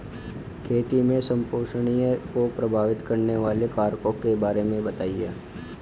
खेती में संपोषणीयता को प्रभावित करने वाले कारकों के बारे में बताइये